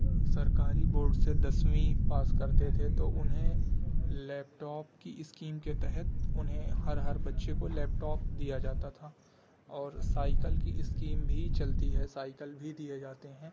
سرکاری بورڈ سے دسویں پاس کرتے تھے تو انہیں لیپ ٹاپ کی اسکیم کے تحت انہیں ہر ہر بچے کو لیپ ٹاپ دیا جاتا تھا اور سائیکل کی اسکیم بھی چلتی ہے سائیکل بھی دیے جاتے ہیں